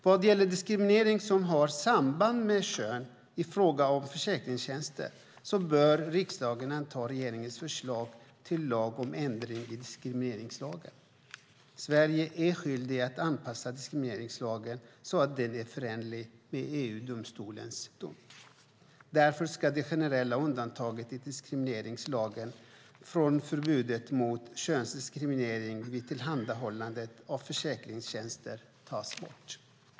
Vad gäller diskriminering som har samband med kön i fråga om försäkringstjänster bör riksdagen anta regeringens förslag till lag om ändring i diskrimineringslagen. Sverige är skyldigt att anpassa diskrimineringslagen så att den är förenlig med EU-domstolens dom. Därför ska det generella undantaget från förbudet mot könsdiskriminering vid tillhandahållandet av försäkringstjänster i diskrimineringslagen tas bort.